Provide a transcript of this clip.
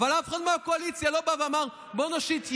אבל אף אחד מהקואליציה לא בא ואמר: בואו נושיט יד.